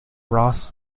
ross